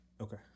Okay